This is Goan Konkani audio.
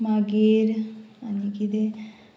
मागीर आनी किदें